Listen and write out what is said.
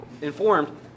informed